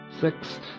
six